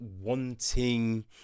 wanting